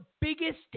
biggest